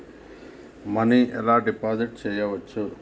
Money ఎలా deposit చేయచ్చు?